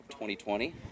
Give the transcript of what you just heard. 2020